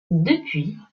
depuis